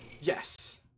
Yes